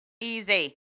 Easy